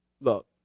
Look